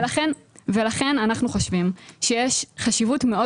ולכן אנחנו חושבים שיש חשיבות מאוד